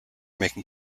making